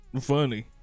funny